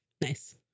Nice